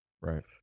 right